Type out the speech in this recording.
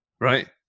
right